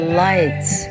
lights